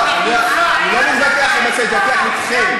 לא, אני לא מתווכח עם עצמי, אני מתווכח אתכם.